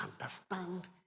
understand